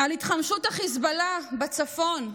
להתחמשות חיזבאללה בצפון,